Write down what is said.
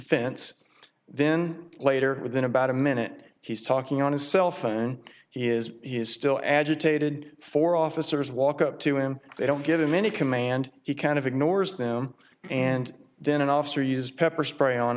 defense then later within about a minute he's talking on his cell phone he is he's still agitated for officers walk up to him they don't give him any command he kind of ignores them and then an officer used pepper spray on